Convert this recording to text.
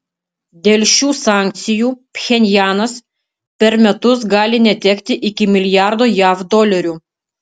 dėl šių sankcijų pchenjanas per metus gali netekti iki milijardo jav dolerių